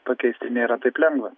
pakeisti nėra taip lengva